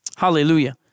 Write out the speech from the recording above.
Hallelujah